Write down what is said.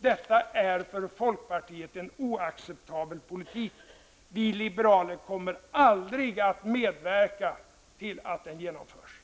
- Detta är för folkpartiet en oacceptabel politik. Vi liberaler kommer aldrig att medverka till att den genomförs.''